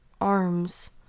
arms